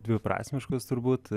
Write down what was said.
dviprasmiškos turbūt